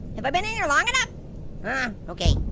have i been in here long enough? ah okay,